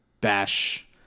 bash